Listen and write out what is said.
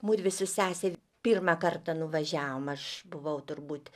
mudvi su sese pirmą kartą nuvažiavome aš buvau turbūt